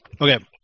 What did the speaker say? Okay